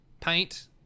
paint